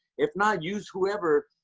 if not, use whoever.